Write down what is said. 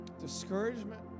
discouragement